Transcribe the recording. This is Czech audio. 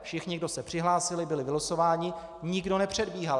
Všichni, kdo se přihlásili, byli vylosováni, nikdo nepředbíhal.